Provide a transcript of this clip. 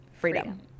freedom